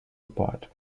apart